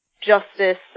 justice